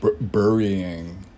burying